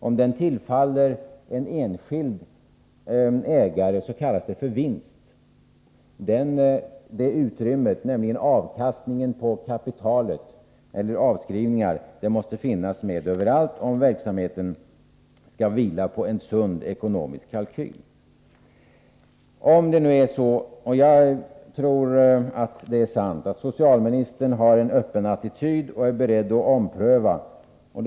Om avkastningen tillfaller en enskild ägare kallas det för vinst, men detta utrymme — avkastningen på kapitalet eller avskrivningar — måste finnas med överallt om verksamheten skall vila på en sund ekonomisk kalkyl. Socialministern säger sig ha en öppen attityd och vara beredd till omprövning — och jag tror att det är sant.